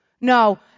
No